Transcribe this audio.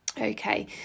okay